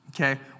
Okay